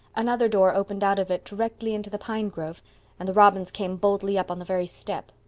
another door opened out of it directly into the pine grove and the robins came boldly up on the very step.